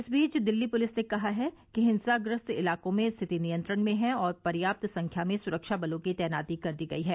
इस बीच दिल्ली पुलिस ने कहा है कि हिंसाग्रस्त इलाकों में स्थिति नियंत्रण में है और पर्याप्त संख्या में सुरक्षाबलो की तैनाती कर दी गयी है